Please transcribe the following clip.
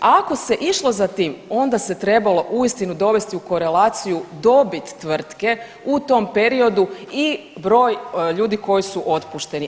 A ako se išlo za tim onda se trebalo uistinu dovesti u korelaciju dobit tvrtke u tom periodu i broj ljudi koji su otpušteni.